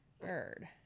Bird